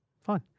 Fine